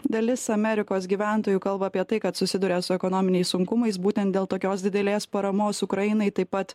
dalis amerikos gyventojų kalba apie tai kad susiduria su ekonominiais sunkumais būtent dėl tokios didelės paramos ukrainai taip pat